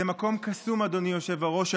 זה מקום קסום, אדוני היושב-ראש.